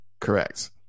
Correct